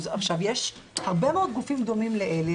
יש הרבה מאוד גופים דומים לאלה,